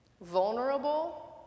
vulnerable